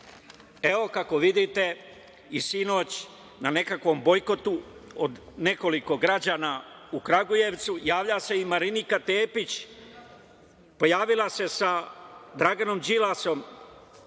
kako vidite i sinoć, na nekakvom bojkotu od nekoliko građana u Kragujevcu, javlja se i Marinika Tepić. Pojavila se sa Draganom Đilasom